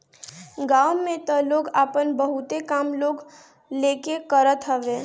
गांव में तअ लोग आपन बहुते काम लोन लेके करत हवे